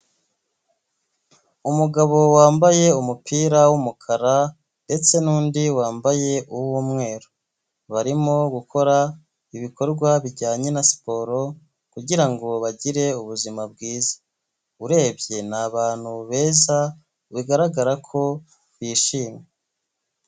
Umugabo wambaye umupira w'umukara ndetse n'undi wambaye uw'umweru barimo gukora ibikorwa bijyanye na siporo kugirango bagire ubuzima bwiza, urebye ni abantu beza bigaragara ko bishimye.